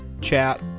chat